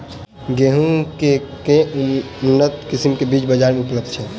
गेंहूँ केँ के उन्नत किसिम केँ बीज बजार मे उपलब्ध छैय?